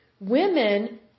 women